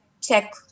check